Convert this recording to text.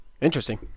Interesting